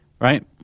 right